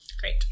Great